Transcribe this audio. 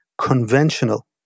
conventional